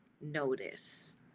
notice